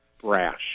brash